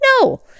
No